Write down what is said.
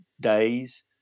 days